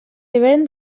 hivern